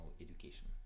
education